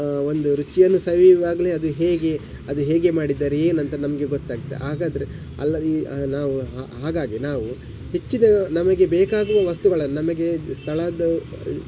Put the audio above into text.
ಒಂದು ರುಚಿಯನ್ನು ಸವಿಯುವಾಗಲೆ ಅದು ಹೇಗೆ ಅದು ಹೇಗೆ ಮಾಡಿದ್ದಾರೆ ಏನಂತ ನಮಗೆ ಗೊತ್ತಾಗ್ತದೆ ಹಾಗಾದ್ರೆ ಅಲ್ಲ ಈ ನಾವು ಹಾಗಾಗಿ ನಾವು ಹೆಚ್ಚಿದ ನಮಗೆ ಬೇಕಾಗುವ ವಸ್ತುಗಳನ್ನು ನಮಗೆ ಸ್ಥಳದ್ದು